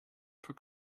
for